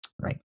Right